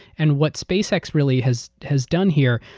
and what spacex really has has done here,